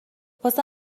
واسه